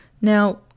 Now